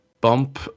bump